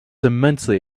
immensely